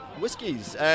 whiskies